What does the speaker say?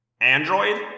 Android